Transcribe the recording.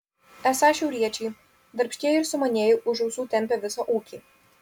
esą šiauriečiai darbštieji ir sumanieji už ausų tempią visą ūkį